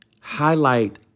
highlight